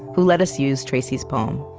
who let us use tracy's poem.